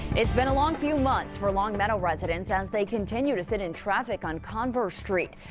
it's been a long few months for longmeadow residents as they continue to sit in traffic on converse street.